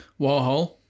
Warhol